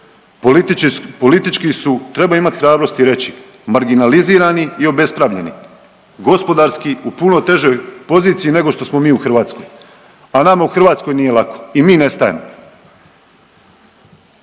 politički su, treba imati hrabrosti reći marginalizirani i obespravljeni, gospodarski u puno težoj poziciji nego što smo mi u Hrvatskoj, a nama u Hrvatskoj nije lako. I mi nestajemo!